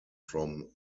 from